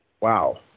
Wow